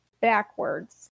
backwards